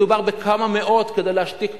מדובר בכמה מאות כדי להשתיק פיות.